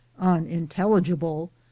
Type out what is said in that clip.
unintelligible